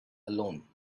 alone